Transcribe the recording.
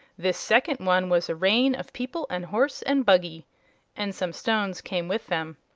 this second one was a rain of people-and-horse-and-buggy. and some stones came with them.